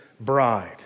bride